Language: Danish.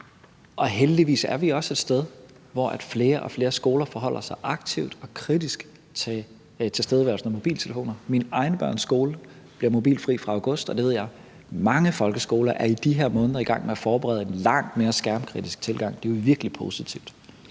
Og heldigvis er vi også et sted, hvor flere og flere skoler forholder sig aktivt og kritisk til tilstedeværelsen af mobiltelefoner. Mine egne børns skole bliver mobilfri fra august, og jeg ved, at mange folkeskoler i de her måneder er i gang med at forberede en langt mere skærmkritisk tilgang. Det er virkelig positivt.